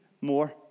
more